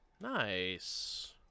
nice